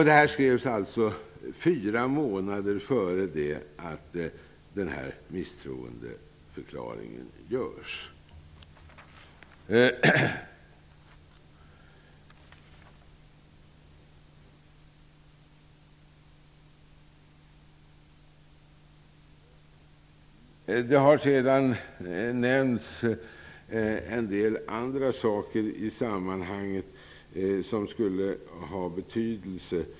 Detta skrivs alltså fyra månader före det att misstroendeförklaringen görs. Det har sedan nämnts en del andra saker i sammanhanget som skulle ha betydelse.